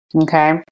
Okay